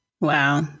wow